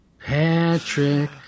Patrick